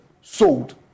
sold